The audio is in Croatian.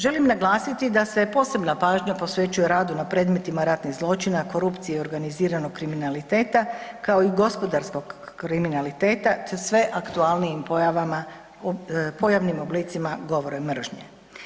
Želim naglasiti da se posebna pažnja posvećuje radu na predmetima ratnih zločina, korupcije i organiziranog kriminaliteta kao i gospodarskog kriminaliteta te sve aktualnijim pojavama u pojavnim oblicima govora mržnje.